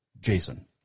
Jason